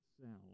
sound